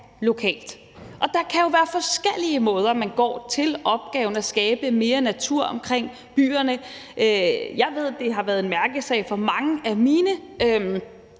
lokalt. Og der kan jo være forskellige måder, man går til opgaven at skabe mere natur omkring byerne på. Jeg ved, det har været en mærkesag for mange af vores